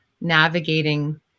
navigating